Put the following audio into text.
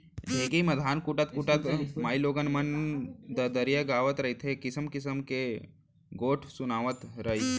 ढेंकी म धान कूटत कूटत माइलोगन मन ददरिया गावत रहयँ, किसिम किसिम के गोठ सुनातव रहयँ